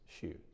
shoes